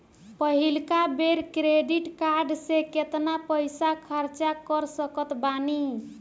पहिलका बेर credit card से केतना पईसा खर्चा कर सकत बानी?